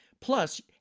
Plus